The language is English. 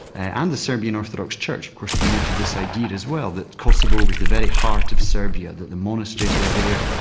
and the serbian orthodox church of course, promoted this idea as well, that kosovo was the very heart of serbia, that the monasteries were there,